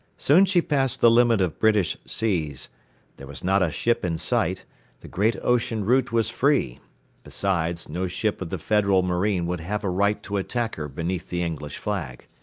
soon she passed the limit of british seas there was not a ship in sight the great ocean route was free besides, no ship of the federal marine would have a right to attack her beneath the english flag.